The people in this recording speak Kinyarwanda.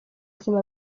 buzima